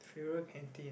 fewer canteen